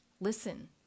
listen